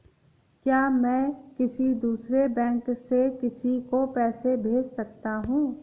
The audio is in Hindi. क्या मैं किसी दूसरे बैंक से किसी को पैसे भेज सकता हूँ?